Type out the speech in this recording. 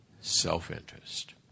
self-interest